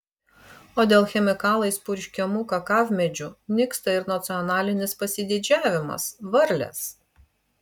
o dėl chemikalais purškiamų kakavmedžių nyksta ir nacionalinis pasididžiavimas varlės